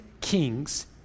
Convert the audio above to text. Kings